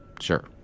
Sure